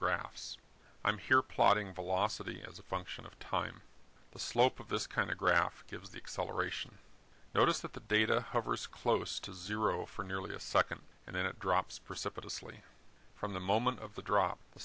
graphs i'm here plotting velocity as a function of time the slope of this kind of graph gives the acceleration notice that the data hovers close to zero for nearly a second and then it drops precipitously from the moment of the drop the